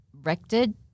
directed